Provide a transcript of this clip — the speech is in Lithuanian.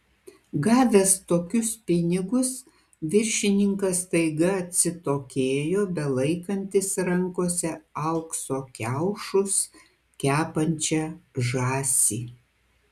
gavęs tokius pinigus viršininkas staiga atsitokėjo belaikantis rankose aukso kiaušus kepančią žąsį